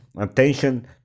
attention